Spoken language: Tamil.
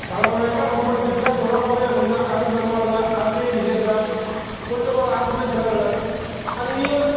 தலை மலைன்னா ரொம்ப விசேஷம் பருவ மலையும் அப்படி தான் அதுவும் பெருமாளு தான் அங்கேயும் விசேஷம் கொல்லிமலை அறப்பளீஸ்வரரு அங்கேயும்